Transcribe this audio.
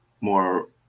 more